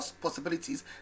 possibilities